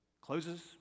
Closes